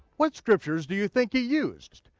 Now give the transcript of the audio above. what scriptures do you think he used?